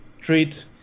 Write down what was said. treat